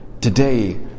today